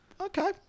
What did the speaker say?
Okay